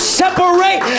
separate